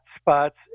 spots